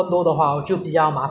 你要去 security guard